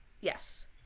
Yes